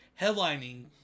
headlining